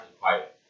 quiet